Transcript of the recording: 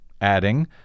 adding